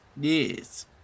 yes